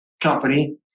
company